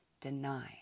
deny